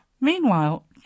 Meanwhile